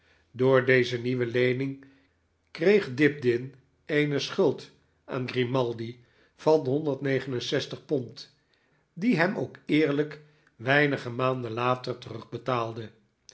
door deze nieuwe leening kreeg dibdin eene schuld aan grimaldi van pond die hij hem ook eerlijk weinige maanden later